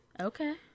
okay